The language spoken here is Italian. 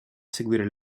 seguire